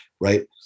right